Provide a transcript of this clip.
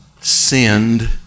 sinned